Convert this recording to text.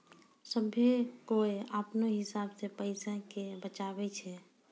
सभ्भे कोय अपनो हिसाब से पैसा के बचाबै छै